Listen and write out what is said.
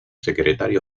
secretario